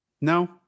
No